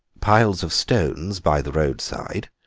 piles of stones by the roadside,